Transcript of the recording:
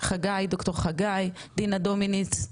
ד"ר חגי, דינה דומיניץ,